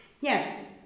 Yes